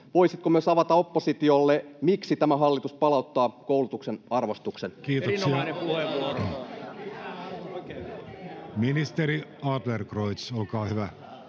Voisitko myös avata oppositiolle, miksi tämä hallitus palauttaa koulutuksen arvostuksen? Kiitoksia. — Ministeri Adlercreutz, olkaa hyvä.